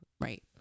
Right